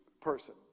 person